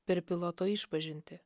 per piloto išpažintį